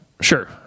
Sure